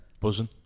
Buzzing